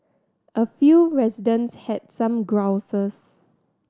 a few residents had some grouses